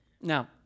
Now